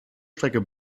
strecke